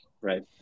Right